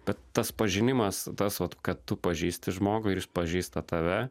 bet tas pažinimas tas kad tu pažįsti žmogų ir jis pažįsta tave